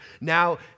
Now